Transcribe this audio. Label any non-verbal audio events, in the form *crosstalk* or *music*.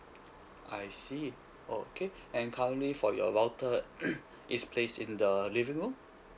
I see okay and currently for your router *coughs* it's placed in the living room